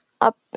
up